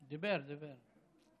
דיבר, דיבר.